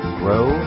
grow